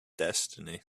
destiny